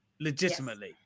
legitimately